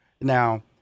now